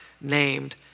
named